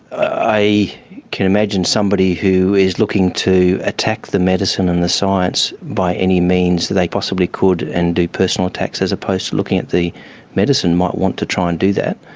i can imagine somebody who is looking to attack the medicine and the science by any means that they possibly could and do personal attacks as opposed to looking at the medicine might want to try and do that,